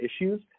issues